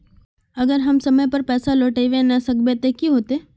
अगर हम समय पर पैसा लौटावे ना सकबे ते की होते?